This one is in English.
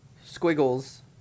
squiggles